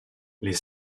les